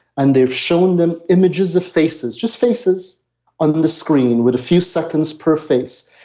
and they've shown them images of faces, just faces on the screen with a few seconds per face.